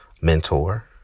mentor